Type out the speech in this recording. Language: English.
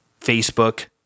Facebook